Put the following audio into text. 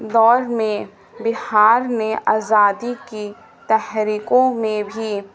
دور میں بہار نے آزادی کی تحریکوں میں بھی